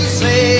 say